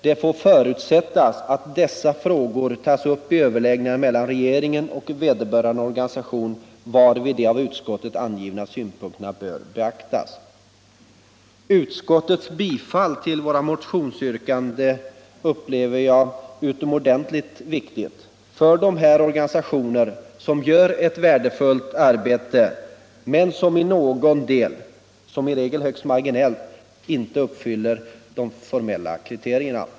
Det får förutsättas att dessa frågor tas upp i överläggningar mellan regeringen och vederbörande organisation varvid de av utskottet angivna synpunkterna bör beaktas.” Utskottets anslutning till våra motionsyrkanden upplever jag som utomordentligt viktig för de organisationer som gör ett värdefullt arbete men som i någon del — som regel högst marginell — inte uppfyller de formella kriterierna.